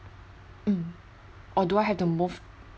mm or do I have to move